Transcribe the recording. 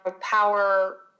power